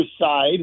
side